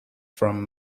from